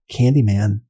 Candyman